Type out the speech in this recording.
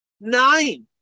Nine